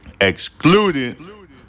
excluded